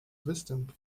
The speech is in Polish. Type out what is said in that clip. występ